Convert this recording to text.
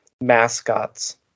mascots